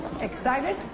Excited